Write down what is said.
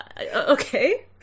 Okay